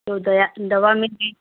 दो दया दवा में